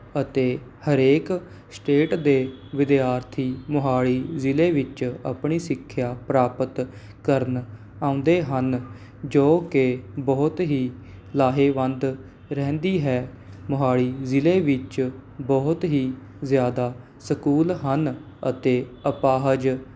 ਅਤੇ ਹਰੇਕ ਸਟੇਟ ਦੇ ਵਿਦਿਆਰਥੀ ਮੋਹਾਲੀ ਜ਼ਿਲ੍ਹੇ ਵਿੱਚ ਆਪਣੀ ਸਿੱਖਿਆ ਪ੍ਰਾਪਤ ਕਰਨ ਆਉਂਦੇ ਹਨ ਜੋ ਕਿ ਬਹੁਤ ਹੀ ਲਾਹੇਵੰਦ ਰਹਿੰਦੀ ਹੈ ਮੋਹਾਲੀ ਜ਼ਿਲ੍ਹੇ ਵਿੱਚ ਬਹੁਤ ਹੀ ਜ਼ਿਆਦਾ ਸਕੂਲ ਹਨ ਅਤੇ ਅਪਾਹਜ